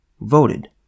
voted